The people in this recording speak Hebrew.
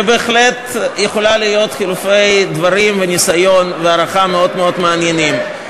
זה בהחלט יכול להיות חילופי דברים וניסיון והערכה מאוד מאוד מעניינים.